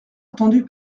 entendu